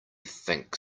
think